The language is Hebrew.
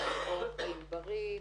לאוכל בריא,